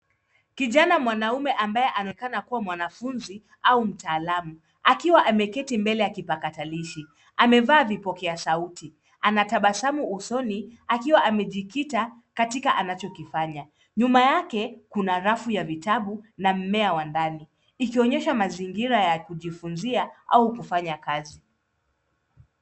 Kijana mwanamume ambaye anaonekana kuwa mwanafunzi au mtaalamu akiwa ameketi mbele ya kipakatalishi amevaa vipokea sauti. Anatabasamu usoni akiwa amejikita katika anachokifanya. Nyuma yake kuna rafu ya vitabu na mmea wa ndani ikionyesha mazingira ya kujifunzia au kufanya kazi.